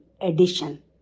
addition